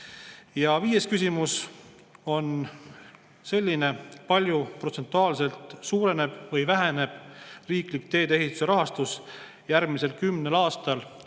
Ja viies küsimus on selline: kui palju protsentuaalselt suureneb või väheneb riiklik teedeehituse rahastus järgmisel kümnel aastal